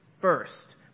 First